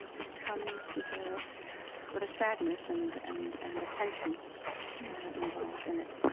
and it comes with ah with a sadness and and and a tension involved in it.